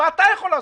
מה אתה יכול לעשות?